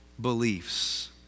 beliefs